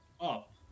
up